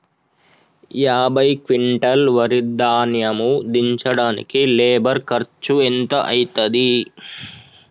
యాభై క్వింటాల్ వరి ధాన్యము దించడానికి లేబర్ ఖర్చు ఎంత అయితది?